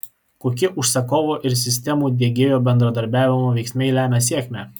kokie užsakovo ir sistemų diegėjo bendradarbiavimo veiksniai lemia sėkmę